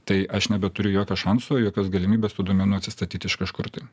tai aš nebeturiu jokio šanso jokios galimybės tų duomenų atsistatyti iš kažkur tai